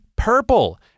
purple